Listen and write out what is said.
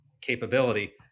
capability